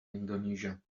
indonesia